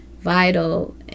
vital